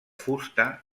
fusta